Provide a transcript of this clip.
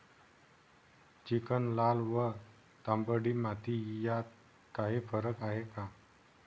Chicken, लाल व तांबडी माती यात काही फरक आहे का?